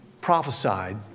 prophesied